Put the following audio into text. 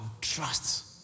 trust